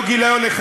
לא גיליון אחד,